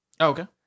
Okay